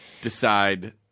decide